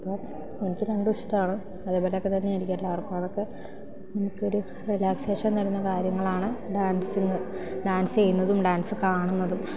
അപ്പം എനിക്ക് രണ്ടും ഇഷ്ടമാണ് അതേപോലെയൊക്കെ തന്നെ എനിക്ക് എല്ലാവരെക്കാളൊക്കെ എനിക്കൊരു റിലാക്സേഷൻ തരുന്ന കാര്യങ്ങളാണ് ഡാൻസിങ്ങ് ഡാൻസ് ചെയ്യുന്നതും ഡാൻസ് കാണുന്നതും